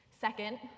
Second